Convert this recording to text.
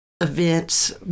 events